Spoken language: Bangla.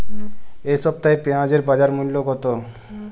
এ সপ্তাহে পেঁয়াজের বাজার মূল্য কত?